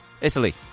Italy